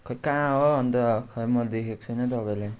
खै कहाँ हो अन्त खै म देखेको छैन तपाईँलाई